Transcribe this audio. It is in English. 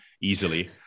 easily